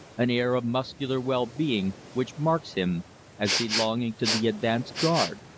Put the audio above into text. an air of muscular well-being which marks him as belonging to the advance guard,